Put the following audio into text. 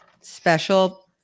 Special